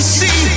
see